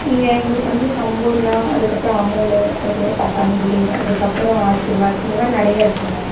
நீங்கள் எங்களுக்கு வந்து சம்பூர்ணா அதுக்கப்புறோம் அமோலே அதுக்கப்புறோம் பதஞ்சலி அதுக்கப்புறோம் ஆசிர்வாத் இந்த மாதிரி நிறைய இருக்குதுங்க